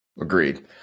Agreed